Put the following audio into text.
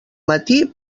matí